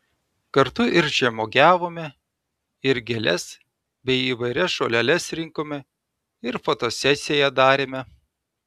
kartu ir žemuogiavome ir gėles bei įvairias žoleles rinkome ir fotosesiją darėme